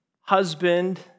husband